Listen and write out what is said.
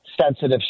sensitive